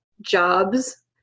jobs